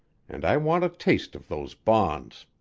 and i want a taste of those bonds.